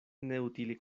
neutile